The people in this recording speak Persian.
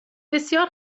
بسیار